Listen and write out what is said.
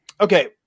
Okay